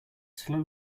slow